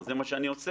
אז זה מה שאני עושה.